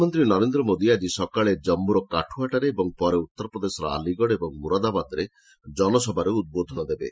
ପ୍ରଧାନମନ୍ତ୍ରୀ ନରେନ୍ଦ୍ର ମୋଦି ଆଜି ସକାଳେ ଜମ୍ମୁର କାଠୁଆଠାରେ ଏବଂ ପରେ ଉତ୍ତର ପ୍ରଦେଶର ଆଲିଗଡ଼ ଓ ମୁରାଦାବାଦରେ ଜନସଭାରେ ଉଦ୍ବୋଧନ ଦେବେ